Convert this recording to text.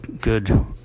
good